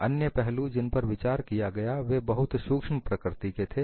अन्य पहलू जिन पर विचार किया गया वे बहुत सूक्ष्म प्रकृति के थे